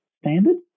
standard